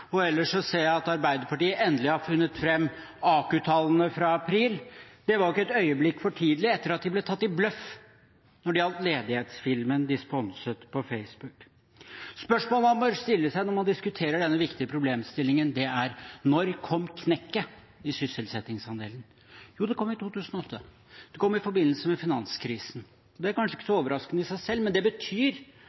jeg at Arbeiderpartiet endelig har funnet fram AKU-tallene fra april. Det var ikke et øyeblikk for tidlig etter at de ble tatt i bløff når det gjaldt ledighetsfilmen de sponset på Facebook. Spørsmålet man bør stille seg når man diskuterer denne viktige problemstillingen, er: Når kom knekket i sysselsettingsandelen? Jo, det kom i 2008. Det kom i forbindelse med finanskrisen. Det er kanskje ikke så overraskende i seg selv, men det betyr